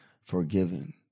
forgiven